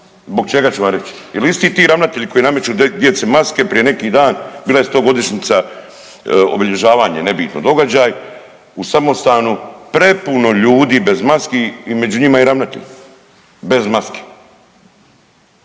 Zbog čega ću vam reć? Jel isti ti ravnatelji koji nameću djeci maske prije neki dan bila je 100godišnjica obilježavanje nebitno događaj u samostanu prepuno ljudi bez maski i među njima i ravnatelj bez maske.